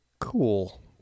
cool